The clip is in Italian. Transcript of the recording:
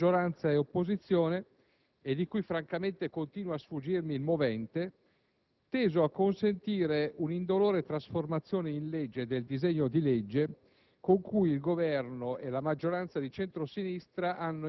di un accordo strisciante, che sarebbe in atto tra maggioranza e opposizione - e di cui francamente continua a sfuggirmi "il movente" - teso a consentire un'indolore trasformazione in legge del disegno di legge